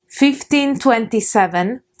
1527